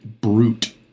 brute